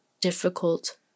difficult